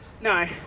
No